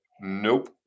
nope